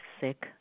sick